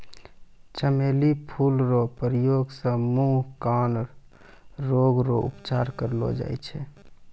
चमेली फूल रो प्रयोग से मुँह, कान रोग रो उपचार करलो जाय छै